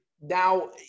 Now